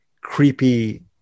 creepy